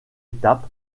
étape